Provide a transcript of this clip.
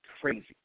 crazy